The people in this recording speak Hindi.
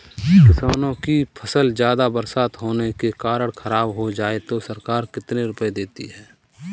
किसानों की फसल ज्यादा बरसात होने के कारण खराब हो जाए तो सरकार कितने रुपये देती है?